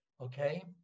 okay